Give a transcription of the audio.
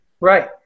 Right